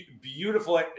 Beautiful